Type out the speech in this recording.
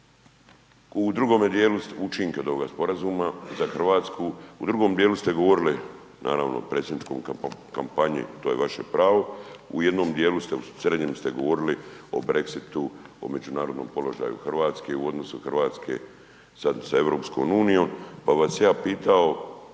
U drugom dijelu ste govorili, naravno o predsjedničkoj kampanji, to je vaše pravo. U jednom dijelu, srednjem ste govorili o Brexitu, o međunarodnom položaju Hrvatske u odnosu Hrvatske sa EU, pa bi vas ja pitao